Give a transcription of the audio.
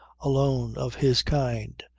alone of his kind,